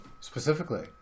specifically